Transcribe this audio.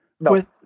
No